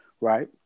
right